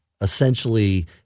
essentially